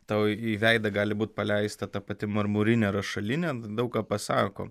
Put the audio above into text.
tau į veidą gali būti paleista ta pati marmurinė rašalinė daug ką pasako